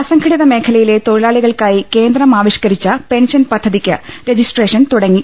അസംഘടിത മേഖലയിലെ തൊഴിലാളികൾക്കായി കേന്ദ്രം ആവിഷ്കരിച്ച പെൻഷൻ പിദ്ധതിക്ക് രജിസ്ട്രേഷൻ തുടങ്ങി